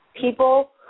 people